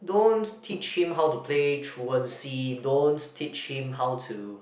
don't teach him how to play truancy don't teach him how to